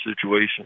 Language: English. situation